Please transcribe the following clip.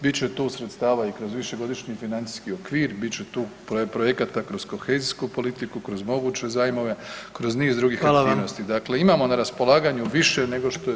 Bit će tu sredstava i kroz višegodišnji financijski okvir, bit će tu projekta kroz kohezijsku politiku, kroz moguće zajmove, kroz niz drugih aktivnosti [[Upadica predsjednik: Hvala vam.]] Dakle, imamo na raspolaganju više nego što je